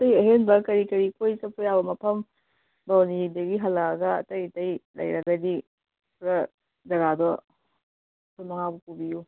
ꯑꯇꯩ ꯑꯍꯦꯟꯕ ꯀꯔꯤ ꯀꯔꯤ ꯀꯣꯏ ꯆꯠꯄ ꯌꯥꯕ ꯃꯐꯝ ꯕꯥꯔꯨꯅꯤꯗꯒꯤ ꯍꯜꯂꯛꯑꯒ ꯑꯇꯩ ꯑꯇꯩ ꯂꯩꯔꯒꯗꯤ ꯈꯔ ꯖꯥꯒꯗꯣ ꯑꯩꯈꯣꯏ ꯃꯉꯥꯕꯨ ꯄꯨꯕꯤꯎ